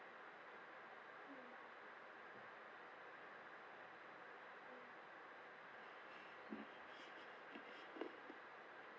mm mm